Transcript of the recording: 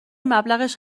مبلغش